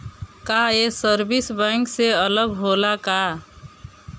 का ये service bank से अलग होला का?